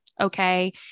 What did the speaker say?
Okay